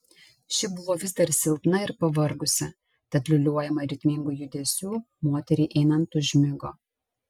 ši buvo vis dar silpna ir pavargusi tad liūliuojama ritmingų judesių moteriai einant užmigo